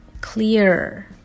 clear